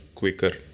quicker